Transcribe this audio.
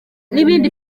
n’ibindi